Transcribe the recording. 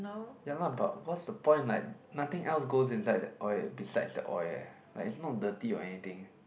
ya lah but what's the point like nothing else goes inside that oil besides the oil eh like it's not dirty or anything